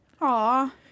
Aw